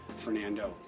Fernando